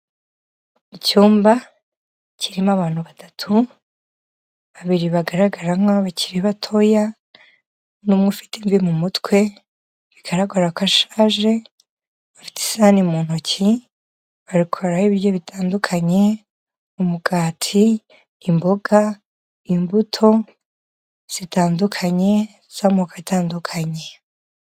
Icyumba kirimo abantu batatu babiri bagaragara nk'aho bakiri batoya n'umwe ufite imvi mu mutwe, bigaragara ko ashaje, afite isahani mu ntoki ari kwaruraho ibiryo bitandukanye, umugati, imboga, imbuto zitandukanye z'amoko atandukanye.